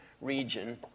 region